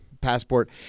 passport